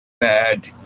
bad